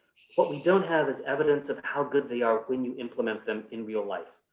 what we don't have is evidence of how good they are when you implement them in real life.